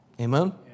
Amen